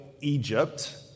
Egypt